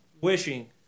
wishing